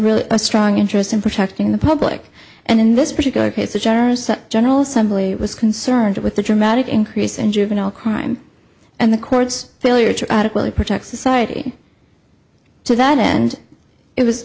really strong interest in protecting the public and in this particular case a generous general somebody was concerned with the dramatic increase in juvenile crime and the court's failure to adequately protect society to that end it was